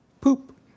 poop